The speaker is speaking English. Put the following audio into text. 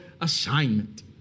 assignment